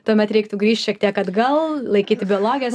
tuomet reiktų grįžt šiek tiek atgal laikyti biologijos